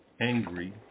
angry